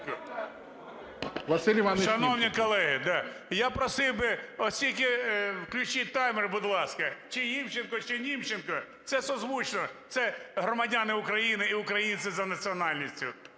Шановні колеги! Я просив би, оскільки... включіть таймер, будь ласка, чи Івченко, чи Німченко, це созвучно. Це громадяни України і українці за національністю.